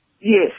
Yes